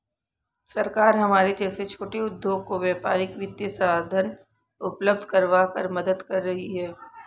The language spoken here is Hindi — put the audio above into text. सरकार हमारे जैसे छोटे उद्योगों को व्यापारिक वित्तीय साधन उपल्ब्ध करवाकर मदद कर रही है